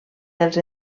dels